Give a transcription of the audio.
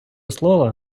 слова